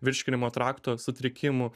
virškinimo trakto sutrikimų